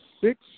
six